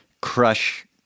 crush